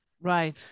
Right